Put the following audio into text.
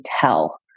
tell